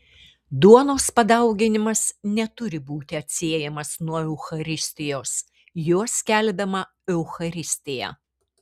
duonos padauginimas neturi būti atsiejamas nuo eucharistijos juo skelbiama eucharistija